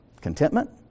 contentment